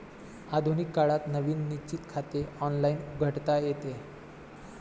आधुनिक काळात नवीन निश्चित खाते ऑनलाइन उघडता येते